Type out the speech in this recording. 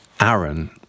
Aaron